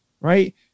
right